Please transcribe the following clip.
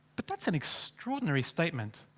but that's an extraordinary statement,